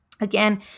again